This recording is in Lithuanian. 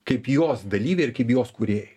kaip jos dalyviai ir kaip jos kūrėjai